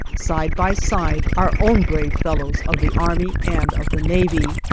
side by side, our own brave fellows of the army and of the navy.